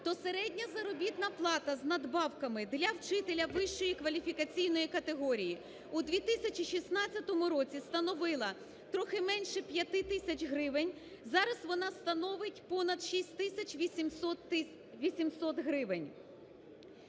то середня заробітна плата з надбавками для вчителя вищої кваліфікаційної категорії у 2016 році становила трохи менше 5 тисяч гривень, зараз вона становить понад 6 тисяч 800 гривень.